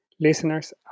Listeners